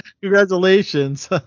congratulations